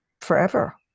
forever